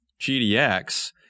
GDX